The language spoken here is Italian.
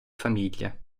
famiglia